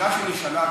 השאלה שנשאלה,